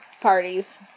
parties